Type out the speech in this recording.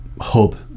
hub